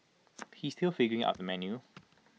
he is still figuring out the menu